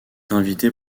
invité